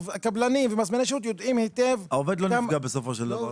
קבלנים ומזמיני שירות יודעים היטב --- העובד לא נפגע בסופו של דבר.